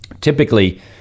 typically